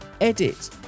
edit